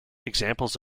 examples